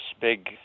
big